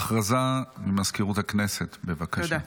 הודעה לסגנית מזכיר הכנסת, בבקשה.